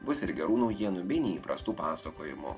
bus ir gerų naujienų bei neįprastų pasakojimų